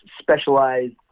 specialized